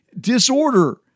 Disorder